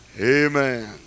Amen